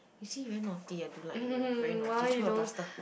you see you very naughty I don't like you very naughty throw your plaster